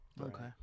Okay